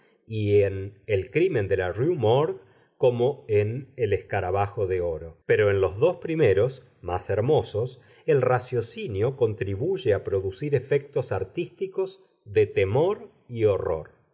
y en el crimen de la rue morgue como en el escarabajo de oro pero en los dos primeros más hermosos el raciocinio contribuye a producir efectos artísticos de temor y horror